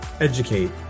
educate